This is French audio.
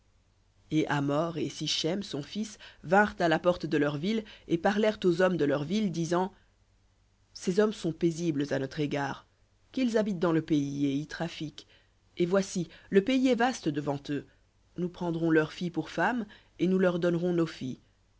et hamor et sichem son fils vinrent à la porte de leur ville et parlèrent aux hommes de leur ville disant ces hommes sont paisibles à notre égard qu'ils habitent dans le pays et y trafiquent et voici le pays est vaste devant eux nous prendrons leurs filles pour femmes et nous leur donnerons nos filles